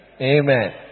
Amen